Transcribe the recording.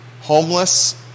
homeless